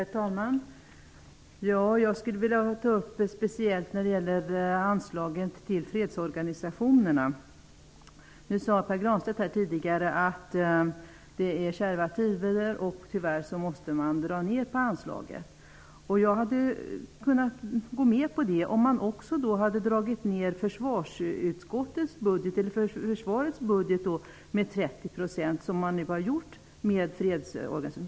Herr talman! Jag skulle vilja ta upp anslagen till fredsorganisationerna. Pär Granstedt sade tidigare att det är kärva tider och att man tyvärr måste dra ner på anslaget. Jag hade kunnat gå med på det om man också hade dragit ner på försvarets budget med 30 %, vilket man nu har gjort när det gäller fredsorganisationerna.